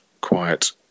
quiet